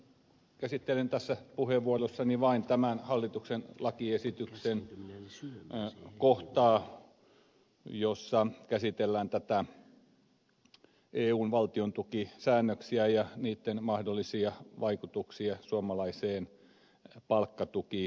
käsittelen tässä puheenvuorossani vain tämän hallituksen lakiesityksen kohtaa jossa käsitellään näitä eun valtiontukisäännöksiä ja niitten mahdollisia vaikutuksia suomalaiseen palkkatukijärjestelmään